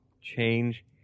change